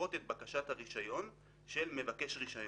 לדחות את בקשת הרישיון של מבקש רישיון.